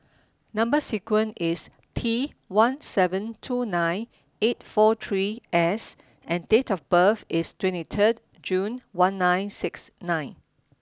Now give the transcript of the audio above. number sequence is T one seven two nine eight four three S and date of birth is twenty third June one nine six nine